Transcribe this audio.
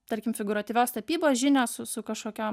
tarkim figūratyvios tapybos žinios su su kažkokiom